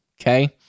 Okay